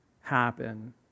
happen